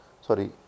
sorry